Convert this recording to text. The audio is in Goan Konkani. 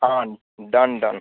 आं डन डन